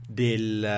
del